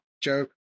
joke